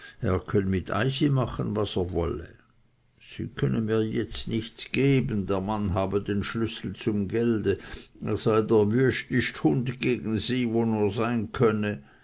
eysin mache was er wolle sie könne mir jetzt nichts geben der mann habe den schlüssel zum gelde er sei der wüestisch hund gegen sie wo nur sein könne